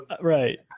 Right